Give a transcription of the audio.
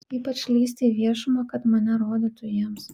ypač lįsti į viešumą kad mane rodytų jiems